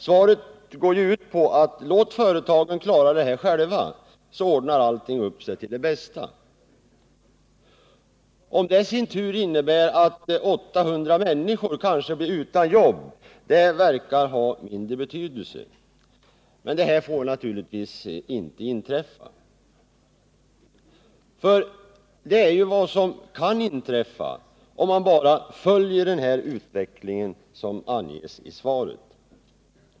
Svaret går ju ut på att säga: Låt företagen klara detta själva, så ordnar allting upp sig till det bästa. Om det i sin tur innebär att 800 människor kanske blir utan jobb verkar ha mindre betydelse. Men detta får naturligtvis inte inträffa. Det är emellertid vad som kan inträffa, om man bara följer den utveckling som anges i svaret.